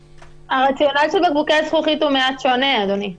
השאלה של בקבוקי הזכוכית היא מעט שונה, אדוני.